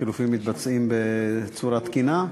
החילופין מתבצעים בצורה תקינה?